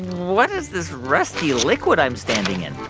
what is this rusty liquid i'm standing in?